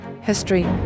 history